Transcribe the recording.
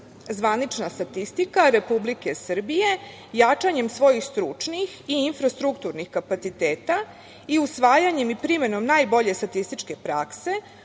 statistika Republike Srbije, jačanjem svojih stručnih i infrastrukturnih kapaciteta i usvajanjem i primenom najbolje statističke prakse,